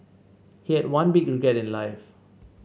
he had one big regret in life